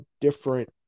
different